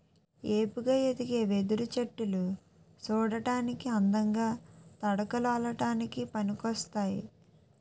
ఏపుగా ఎదిగే వెదురు చెట్టులు సూడటానికి అందంగా, తడకలు అల్లడానికి పనికోస్తాయి